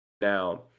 Now